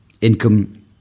income